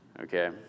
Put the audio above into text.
okay